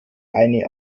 eine